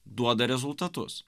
duoda rezultatus